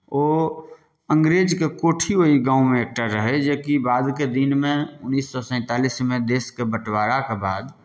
ओ अंग्रेजके कोठी ओहि गाँवमे एकटा रहै जे कि बादके दिनमे उन्नैस सए सैंतालिसमे देशके बँटवाराके बाद